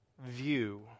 view